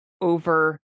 over